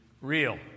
real